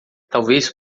talvez